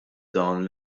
dawn